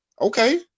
Okay